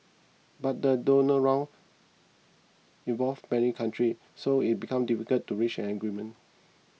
but the Doha Round involves many countries so it becomes difficult to reach an agreement